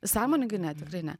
sąmoningai ne tikrai ne